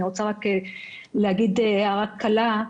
אני רוצה להגיד הערה קלה.